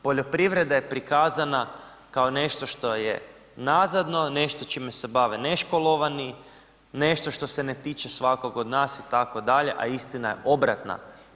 Poljoprivreda je prikazana kao nešto što je nazadno, nešto čime se bave neškolovani, nešto što se ne tiče svakog od nas, itd., a istina je obratna.